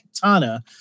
Katana